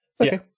okay